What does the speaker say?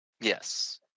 Yes